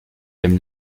dem